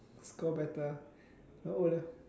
score better at O le~